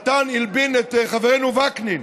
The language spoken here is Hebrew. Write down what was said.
הלבין את חברינו וקנין,